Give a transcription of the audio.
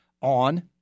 on